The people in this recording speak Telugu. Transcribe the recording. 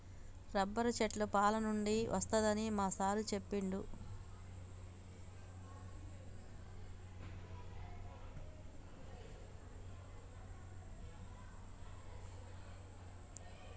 రబ్బరు చెట్ల పాలనుండి వస్తదని మా సారు చెప్పిండు